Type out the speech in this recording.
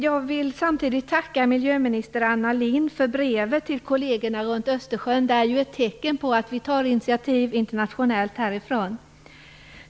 Jag vill samtidigt tacka miljöminister Anna Lindh för det brev som hon har sänt till kollegerna runt Östersjön. Det är ett tecken på att vi härifrån tar ett internationellt initiativ.